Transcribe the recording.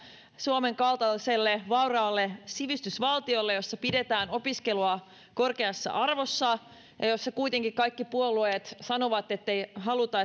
suomen kaltaiselle vauraalle sivistysvaltiolle jossa pidetään opiskelua korkeassa arvossa ja jossa kuitenkin kaikki puolueet sanovat ettei haluta